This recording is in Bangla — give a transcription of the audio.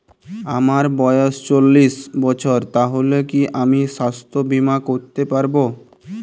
আমার বয়স চল্লিশ বছর তাহলে কি আমি সাস্থ্য বীমা করতে পারবো?